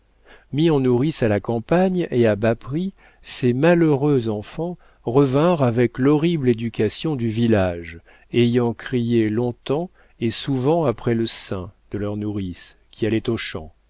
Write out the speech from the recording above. mis en nourrice à la campagne et à bas prix ces malheureux enfants revinrent avec l'horrible éducation du village ayant crié long-temps et souvent après le sein de leur nourrice qui allait aux champs